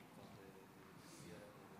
על צביעות, אתה?